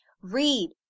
Read